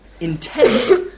intense